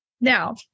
now